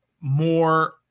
more